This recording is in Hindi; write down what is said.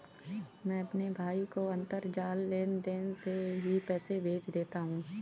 मैं अपने भाई को अंतरजाल लेनदेन से ही पैसे भेज देता हूं